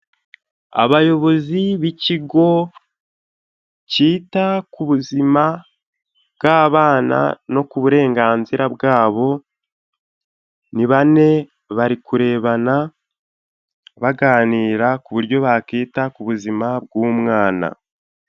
Abayobozi b'ikigo cyita ku buzima bw'abana no ku burenganzira bwabo ni bane bari kurebana, baganira ku buryo bakita ku buzima bw'umwana.